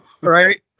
Right